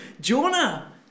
Jonah